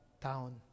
town